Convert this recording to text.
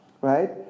right